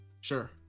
Sure